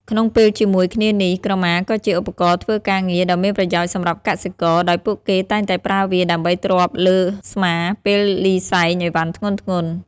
ក្នុងពេលជាមួយគ្នានេះ ក្រមាក៏ជា ឧបករណ៍ធ្វើការងារ ដ៏មានប្រយោជន៍សម្រាប់កសិករ ដោយពួកគេតែងតែប្រើវាដើម្បីទ្រាប់លើស្មាពេលលីសែងអីវ៉ាន់ធ្ងន់ៗ។